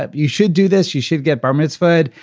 ah you should do this, you should get berman's food.